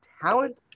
talent